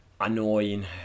annoying